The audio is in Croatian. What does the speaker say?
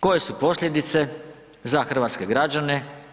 Koje su posljedice za hrvatske građane?